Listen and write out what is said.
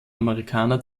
amerikaner